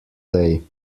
day